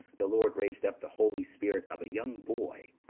the lord raised up the holy spirit of a young boy,